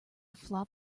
flop